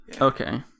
Okay